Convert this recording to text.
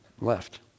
left